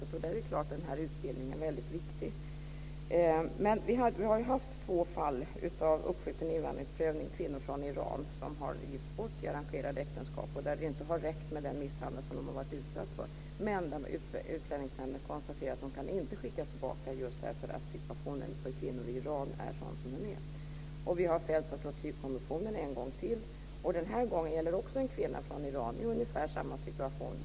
Och då är det klart att den här utbildningen är väldigt viktig. Men vi har ju haft två fall av uppskjuten invandringsprövning. Det gäller kvinnor från Iran som har gifts bort i arrangerade äktenskap. Det har inte räckt med den misshandel som de har varit utsatta för, men Utlänningsnämnden har konstaterat att de inte kan skickas tillbaka just därför att situationen för kvinnor i Iran är sådan som den är. Vi har fällts av tortyrkommissionen en gång till. Den här gången gällde det också en kvinna från Iran i ungefär samma situation.